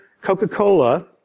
Coca-Cola